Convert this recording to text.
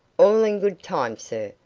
all in good time, sir.